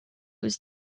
was